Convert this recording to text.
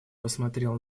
посмотрел